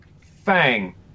Fang